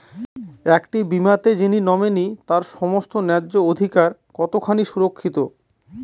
একটি বীমাতে যিনি নমিনি তার সমস্ত ন্যায্য অধিকার কতখানি সুরক্ষিত?